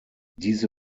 diese